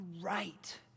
right